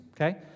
okay